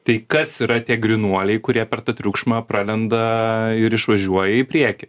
tai kas yra tie grynuoliai kurie per tą triukšmą pralenda ir išvažiuoja į priekį